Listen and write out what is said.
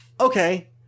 Okay